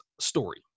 story